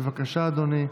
בבקשה, אדוני,